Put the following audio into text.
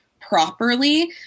properly